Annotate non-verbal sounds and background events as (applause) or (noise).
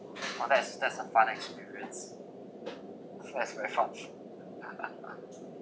oh that's that's the fun experience I find it very fun (laughs)